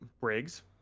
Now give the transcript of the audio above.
Briggs